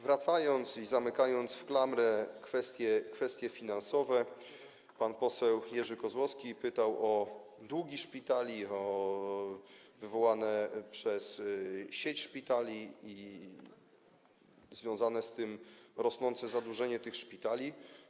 Wracając i zamykając klamrą kwestie finansowe - pan poseł Jerzy Kozłowski pytał o długi szpitali spowodowane przez sieć szpitali i związane z tym rosnące zadłużenie tych szpitali.